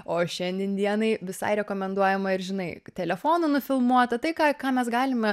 o šiandien dienai visai rekomenduojama ir žinai telefonu nufilmuota tai ką ką mes galime